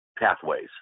pathways